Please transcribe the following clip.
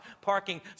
parking